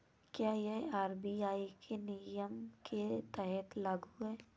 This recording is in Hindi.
क्या यह आर.बी.आई के नियम के तहत लागू है?